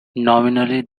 nominally